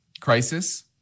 crisis